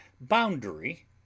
boundary